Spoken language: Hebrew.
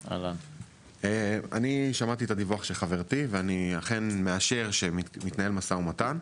אני שמעתי את הדיווח של חברתי ואני אכן מאשר שמתנהל משא ומתן,